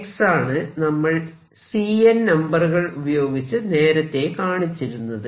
x ആണ് നമ്മൾ Cn നമ്പറുകൾ ഉപയോഗിച്ച് നേരത്തെ കാണിച്ചിരുന്നത്